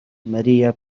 мария